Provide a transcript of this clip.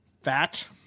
Fat